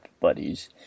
buddies